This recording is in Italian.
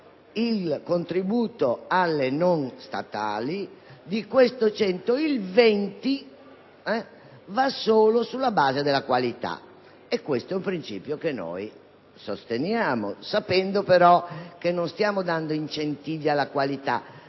il contributo alle scuole non statali, di questo 100 il 20 va solo sulla base della qualità. E questo è un principio che noi sosteniamo, sapendo però che non stiamo dando incentivi alla qualità: